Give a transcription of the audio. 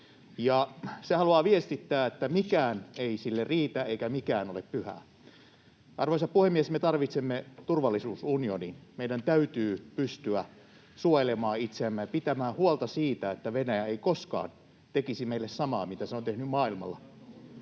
Se haluaa viestittää, että mikään ei sille riitä eikä mikään ole pyhää. Arvoisa puhemies! Me tarvitsemme turvallisuusunionin. Meidän täytyy pystyä suojelemaan itseämme ja pitämään huolta siitä, että Venäjä ei koskaan tekisi meille samaa, mitä se on tehnyt maailmalla.